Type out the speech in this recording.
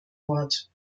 wort